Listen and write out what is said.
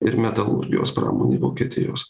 ir metalurgijos pramonė vokietijos